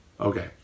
Okay